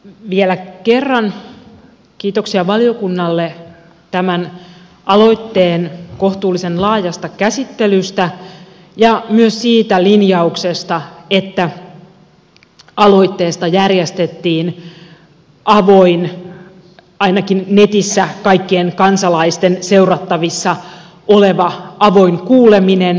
vielä kerran kiitoksia valiokunnalle tämän aloitteen kohtuullisen laajasta käsittelystä ja myös siitä linjauksesta että aloitteesta järjestettiin avoin ainakin netissä kaikkien kansalaisten seurattavissa oleva kuuleminen